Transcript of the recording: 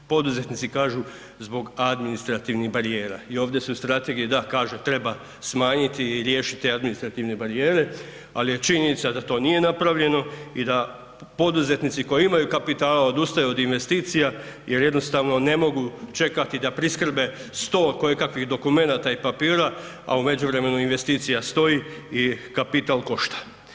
Poduzetnici kažu zbog administrativnih barijera i ovdje se u strategiji da kaže treba smanjiti i riješiti administrativne barijere, ali je činjenica da to nije napravljeno i da poduzetnici koji imaju kapitala odustaju od investicija jer jednostavno ne mogu čekati da priskrbe 100 koje kakvih dokumenata i papira, a u međuvremenu investicija stoji i kapital košta.